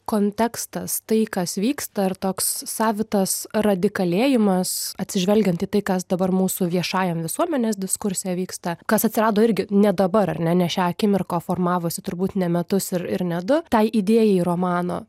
kontekstas tai kas vyksta ar toks savitas radikalėjimas atsižvelgiant į tai kas dabar mūsų viešajam visuomenės diskurse vyksta kas atsirado irgi ne dabar ar ne nešią akimirką o formavosi turbūt ne metus ir ne du tai idėjai romano